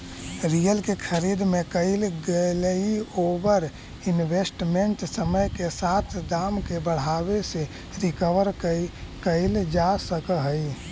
real के खरीद में कईल गेलई ओवर इन्वेस्टमेंट समय के साथ दाम के बढ़ावे से रिकवर कईल जा सकऽ हई